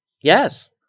Yes